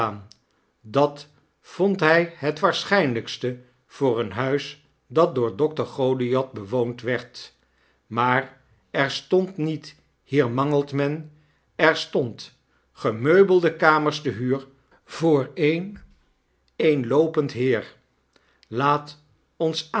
dat vond hij het waarschijnlykste voor een huis dat door dokter goliath bewoond werd maar er stond niet hier mangelt men er stond gemeubelde kamers te huur voor een eenloopend heer laat ons